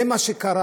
זה מה שקרה.